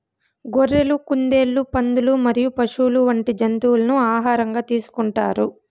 గొర్రెలు, కుందేళ్లు, పందులు మరియు పశువులు వంటి జంతువులను ఆహారంగా తీసుకుంటారు